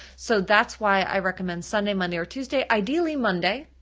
so that's why i recommend sunday, monday, or tuesday, ideally monday,